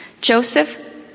Joseph